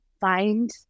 find